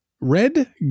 Red